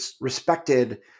respected